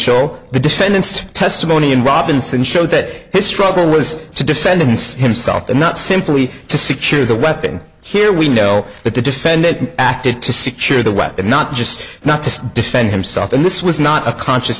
mitchell the defendant's testimony and robinson show that his struggle was to defendant's himself and not simply to secure the weapon here we know that the defendant acted to secure the weapon not just not to defend himself and this was not a conscious